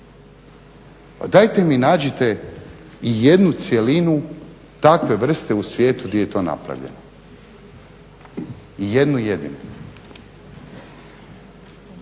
Dajte mi nađite i jednu cjelinu takve vrste u svijetu di je to napravljeno? Jednu jedinu.